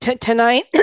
tonight